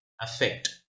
affect